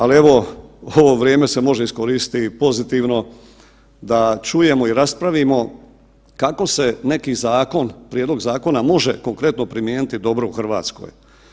Ali evo ovo vrijeme se može iskoristiti i pozitivno da čujemo i raspravimo kako se neki zakon, prijedlog zakona može konkretno primijeniti dobro u RH.